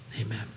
Amen